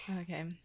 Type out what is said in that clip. Okay